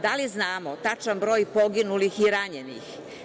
Da li znamo tačan broj poginulih i ranjenih?